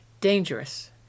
dangerous